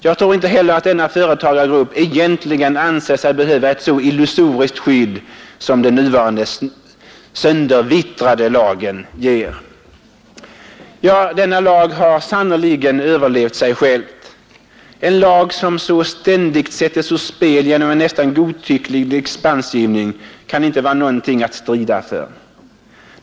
Jag tror inte heller att denna företagargrupp egentligen anser sig behöva ett så illusoriskt skydd som den nuvarande söndervittrade lagen ger. Ja, denna lag har sannerligen överlevt sig själv. En lag som så ständigt sätts ur spel genom en nästan godtycklig dispensgivning kan inte vara någonting att strida för.